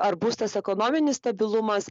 ar bus tas ekonominis stabilumas